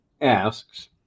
asks